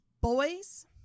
Boys